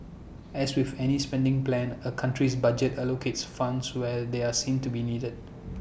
as with any spending plan A country's budget allocates funds where they are seen to be needed